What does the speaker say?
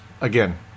again